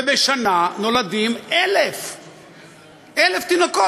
ובשנה נולדים 1,000 תינוקות.